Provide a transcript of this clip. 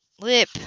lip